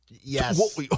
Yes